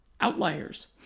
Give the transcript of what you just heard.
outliers